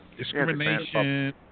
discrimination